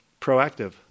proactive